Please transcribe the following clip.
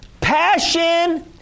Passion